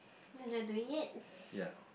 and you're doing it